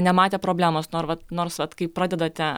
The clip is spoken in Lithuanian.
nematė problemos nor vat nors vat kaip pradedate